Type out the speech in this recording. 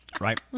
Right